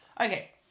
Okay